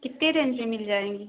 कितने रेंज में मिल जाएंगी